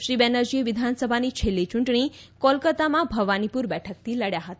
શ્રી બેનર્જીએ વિધાનસભાની છેલ્લી ચૂંટણી કોલકતામાં ભવાનીપુર બેઠકથી લડ્યા હતા